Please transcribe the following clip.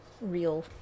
real